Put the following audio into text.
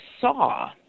saw